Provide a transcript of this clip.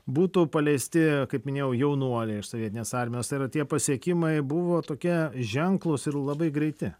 būtų paleisti kaip minėjau jaunuoliai iš sovietinės armijos tai yra tie pasiekimai buvo tokie ženklūs ir labai greiti